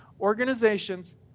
organizations